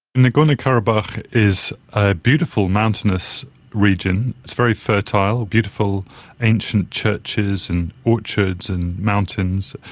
nagorno-karabakh is a beautiful mountainous region, it's very fertile, beautiful ancient churches and orchids and mountains,